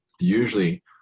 Usually